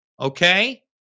okay